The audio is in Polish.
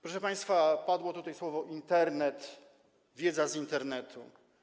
Proszę państwa, padły tutaj słowa „Internet”, „wiedza z Internetu”